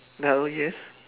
now yes